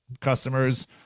customers